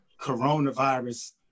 coronavirus